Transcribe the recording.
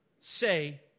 Say